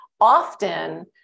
often